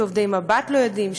שעובדי מבט לא יודעים,